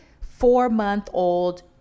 four-month-old